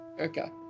Okay